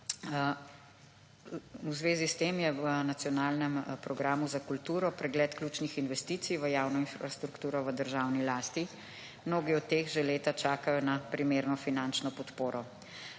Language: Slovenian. V zvezi s tem je v nacionalnem programu za kulturo pregled ključnih investicij v javno infrastrukturo v državni lasti. Mnogi od teh že leta čakajo na primerno finančno podporo.